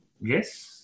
Yes